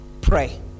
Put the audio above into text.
pray